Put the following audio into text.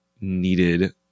needed